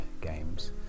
games